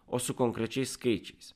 o su konkrečiais skaičiais